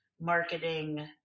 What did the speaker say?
marketing